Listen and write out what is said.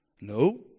No